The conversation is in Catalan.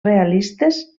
realistes